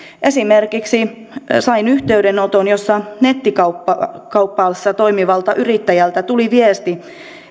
esimerkiksi sain yhteydenoton jossa nettikaupassa toimivalta yrittäjältä tuli viesti ettei